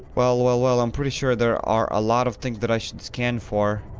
well well well, i'm pretty sure there are a lot of things that i should scan for